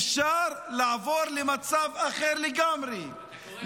אפשר לעבור למצב אחר לגמרי,